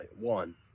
one